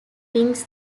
wins